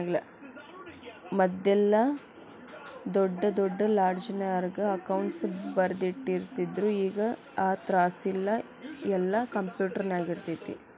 ಮದ್ಲೆಲ್ಲಾ ದೊಡ್ ದೊಡ್ ಲೆಡ್ಜರ್ನ್ಯಾಗ ಅಕೌಂಟ್ಸ್ ಬರ್ದಿಟ್ಟಿರ್ತಿದ್ರು ಈಗ್ ಆ ತ್ರಾಸಿಲ್ಲಾ ಯೆಲ್ಲಾ ಕ್ಂಪ್ಯುಟರ್ನ್ಯಾಗಿರ್ತೆತಿ